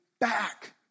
back